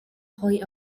play